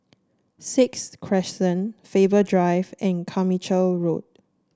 Sixth Crescent Faber Drive and Carmichael Road